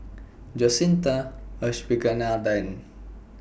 Jacintha Abisheganaden